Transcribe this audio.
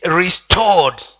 restored